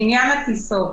בעניין הטיסות,